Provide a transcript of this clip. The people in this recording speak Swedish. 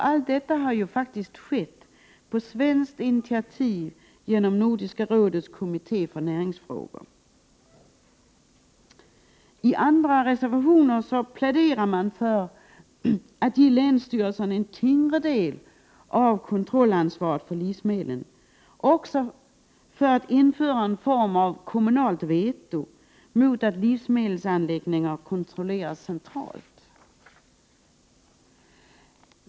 Allt detta har faktiskt skett på svenskt initiativ genom Nordiska rådets kommitté för näringsfrågor. I andra reservationer pläderar man för att ge länsstyrelserna en tyngre del av kontrollansvaret för livsmedlen samt att införa en sorts kommunalt veto mot att livsmedelsanläggningar kontrolleras centralt.